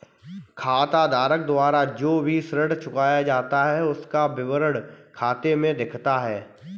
खाताधारक द्वारा जो भी ऋण चुकाया जाता है उसका विवरण खाते में दिखता है